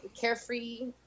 carefree